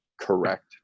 correct